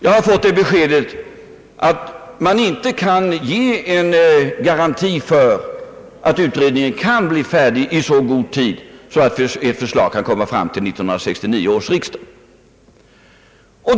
Jag har fått det beskedet att det inte kan lämnas någon garanti för att utredningen är färdig i så god tid att ett förslag kan framläggas till 1969 års riksdag.